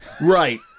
right